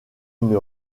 une